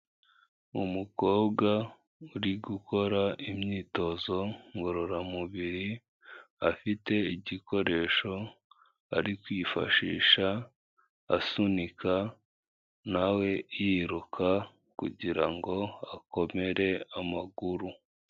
Umukobwa uri gukora imyitozo ngororamubiri, afite igikoresho ari kwifashisha asunika nawe yiruka kugira ngo akomere amaguru.